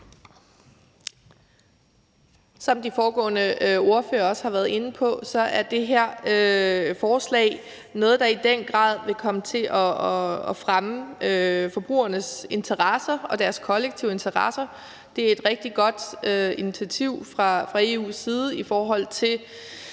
Som de foregående ordførere har været inde på, er det her forslag noget, der i den grad vil komme til at fremme forbrugernes interesser og deres kollektive interesser. Det er et rigtig godt initiativ fra EU's side i forhold til